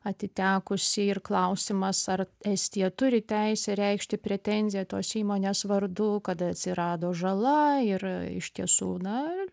atitekusi ir klausimas ar estija turi teisę reikšti pretenziją tos įmonės vardu kada atsirado žala ir iš tiesų na